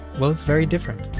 well, it's very different.